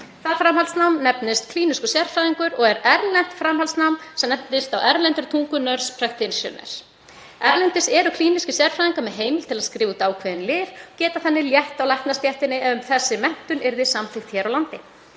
Það framhaldsnám nefnist klínískur sérfræðingur og er erlent framhaldsnám sem nefnist á enskri tungu „nurse practitioner“. Erlendis eru klínískir sérfræðingar með heimild til að skrifa út ákveðin lyf og gætu þannig létt á læknastéttinni ef þessi menntun yrði samþykkt hér á landi.